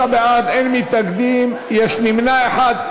46 בעד, אין מתנגדים, יש נמנע אחד.